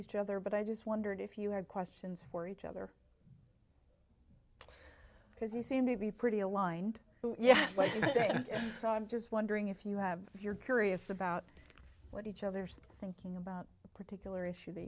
each other but i just wondered if you had questions for each other because you seem to be pretty aligned yet so i'm just wondering if you have if you're curious about what each other's thinking about particular issue that